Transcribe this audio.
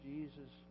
Jesus